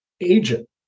agent